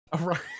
right